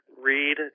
read